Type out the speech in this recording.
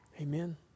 Amen